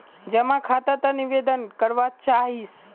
जमा खाता त निवेदन करवा चाहीस?